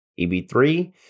EB3